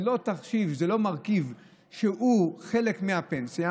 זה לא תחשיב, זה לא מרכיב שהוא חלק מהפנסיה.